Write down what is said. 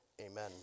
amen